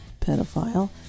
Pedophile